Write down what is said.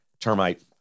termite